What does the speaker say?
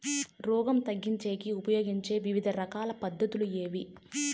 రోగం తగ్గించేకి ఉపయోగించే వివిధ రకాల పద్ధతులు ఏమి?